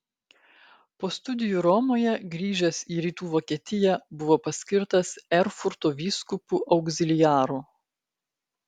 po studijų romoje grįžęs į rytų vokietiją buvo paskirtas erfurto vyskupu augziliaru